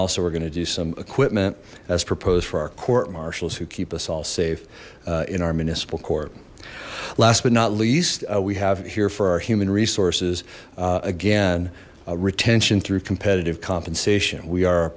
also we're going to do some equipment as proposed for our court marshals who keep us all safe in our municipal court last but not least we have here for our human resources again retention through competitive compensation we are